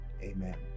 amen